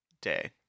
day